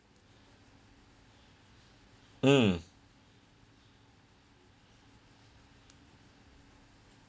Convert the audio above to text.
mm